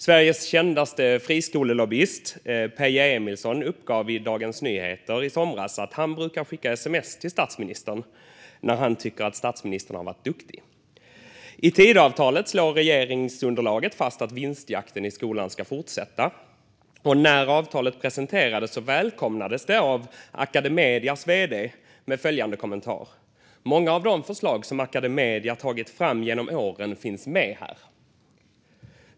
Sveriges kändaste friskolelobbyist, Peje Emilsson, uppgav i Dagens Nyheter i somras att han brukar skicka sms till statsministern när han tycker att statsministern har varit duktig. I Tidöavtalet slår regeringsunderlaget fast att vinstjakten i skolan ska fortsätta. När avtalet presenterades välkomnades det av Academedias vd med följande kommentar: "Många av de förslag Academedia tagit fram genom åren finns med här."